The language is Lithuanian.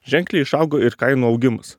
ženkliai išaugo ir kainų augimas